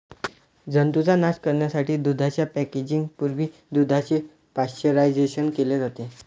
जंतूंचा नाश करण्यासाठी दुधाच्या पॅकेजिंग पूर्वी दुधाचे पाश्चरायझेशन केले जाते